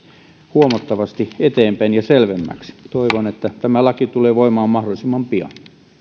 huomattavasti eteenpäin ja selvemmäksi toivon että tämä laki tulee voimaan mahdollisimman pian